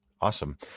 Awesome